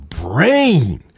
brain